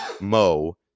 Mo